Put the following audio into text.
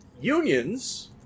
unions